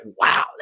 wow